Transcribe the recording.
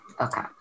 okay